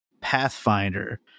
Pathfinder